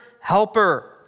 helper